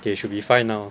okay should be fine now